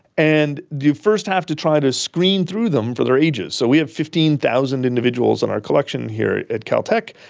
and you first have to trade to screen through them for their ages. so we have fifteen thousand individuals in our collection here at caltech.